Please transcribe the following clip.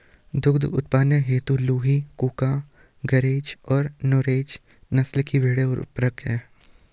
दुग्ध उत्पादन हेतु लूही, कूका, गरेज और नुरेज नस्ल के भेंड़ उपयुक्त है